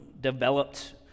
developed